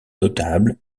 notable